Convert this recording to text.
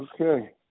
Okay